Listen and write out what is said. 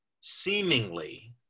seemingly